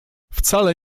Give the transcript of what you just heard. wcale